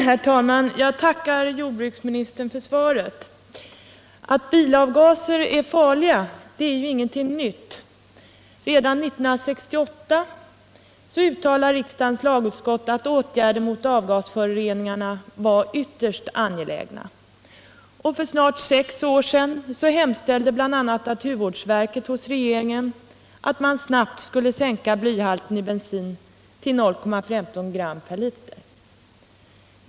Herr talman! Jag tackar jordbruksministern för svaret. Att bilavgaser är farliga är ingenting nytt. Redan 1968 uttalade riksdagens lagutskott att åtgärder mot avgasföroreningar var ytterst angelägna. För snart sex år sedan hemställde bl.a. naturvårdsverket hos regeringen att man snabbt skulle | sänka blyhalten i bensin till 0,15 gram per liter.